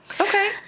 Okay